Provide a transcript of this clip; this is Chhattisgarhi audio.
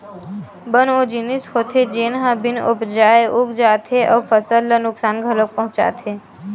बन ओ जिनिस होथे जेन ह बिन उपजाए उग जाथे अउ फसल ल नुकसान घलोक पहुचाथे